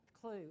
clue